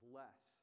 less